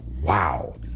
Wow